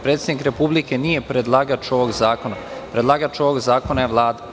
Predsednik Republike nije predlagač ovog zakona, predlagač ovog zakona je Vlada.